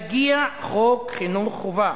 מגיע חוק חינוך חובה,